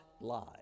lie